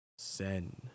Zen